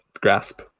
grasp